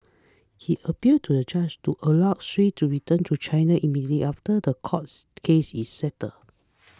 he appealed to the judge to allow Sui to return to China immediately after the courts case is settled